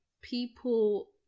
people